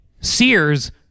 Sears